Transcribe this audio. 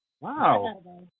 Wow